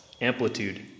amplitude